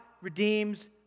redeems